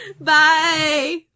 Bye